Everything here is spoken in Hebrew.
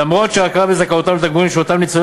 "למרות שההכרה בזכאותם לתגמולים של אותם ניצולי